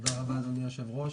תודה רבה אדוני היושב-ראש,